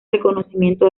reconocimiento